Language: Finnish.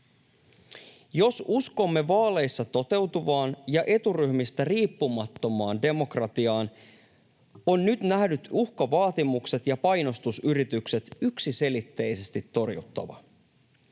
Jos uskomme vaaleissa toteutuvaan ja eturyhmistä riippumattomaan demokratiaan, on nyt nähdyt uhkavaatimukset ja painostusyritykset yksiselitteisesti torjuttava.